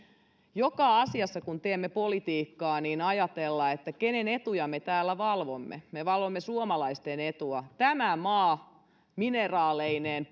joka asiassa kun teemme politiikkaa ajatella kenen etuja me täällä valvomme me valvomme suomalaisten etua tämä maa mineraaleineen